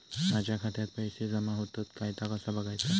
माझ्या खात्यात पैसो जमा होतत काय ता कसा बगायचा?